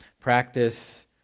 practice